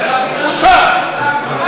בושה.